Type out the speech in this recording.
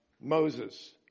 Moses